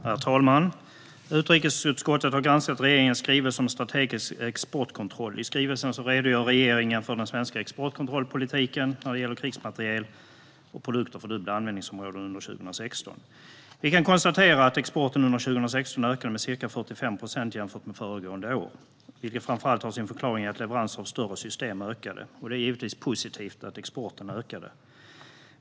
Herr talman! Utrikesutskottet har granskat regeringens skrivelse om strategisk exportkontroll. I skrivelsen redogör regeringen för den svenska exportkontrollpolitiken när det gäller krigsmateriel och produkter med dubbla användningsområden under 2016. Exporten ökade under 2016 med ca 45 procent jämfört med föregående år, vilket framför allt har sin förklaring i att leveranser av större system ökade. Det är givetvis positivt att exporten ökade.